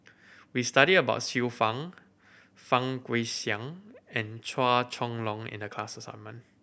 we studied about Xiu Fang Fang Guixiang and Chua Chong Long in the class assignment